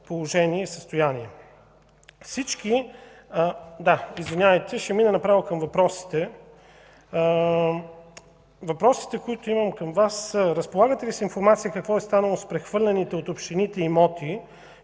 направо към въпросите. Въпросите, които имам към Вас, са: Разполагате ли с информация какво е станало с прехвърлените на общините имоти